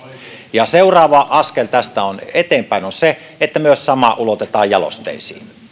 ja seuraava askel tästä eteenpäin on se että sama ulotetaan myös jalosteisiin